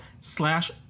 slash